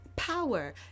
Power